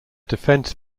defence